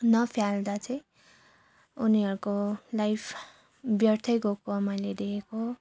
नफाल्दा चाहिँ उनीहरूको लाइफ व्यर्थै गएको मैले देखेको